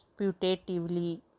putatively